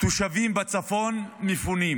תושבים בצפון מפונים,